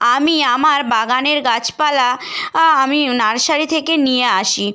আমি আমার বাগানের গাছপালা আমি নার্সারি থেকে নিয়ে আসি